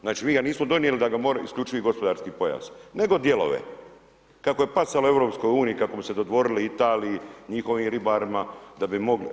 Znači mi ga nismo donijeli da ga može, isključivi gospodarski pojas nego dijelove kako je pasalo EU kako bi se dodvorili Italiji, njihovim ribarima da bi mogli.